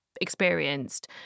experienced